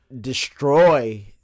destroy